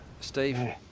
Steve